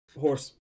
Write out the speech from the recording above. Horse